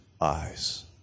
eyes